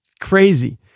crazy